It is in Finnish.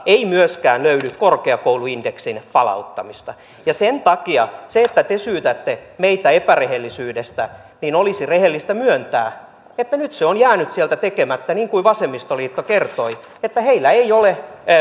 ei myöskään löydy korkeakouluindeksin palauttamista sen takia kun te syytätte meitä epärehellisyydestä olisi rehellistä myöntää että nyt se on jäänyt sieltä tekemättä niin kuin vasemmistoliitto kertoi että heillä ei ole